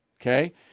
Okay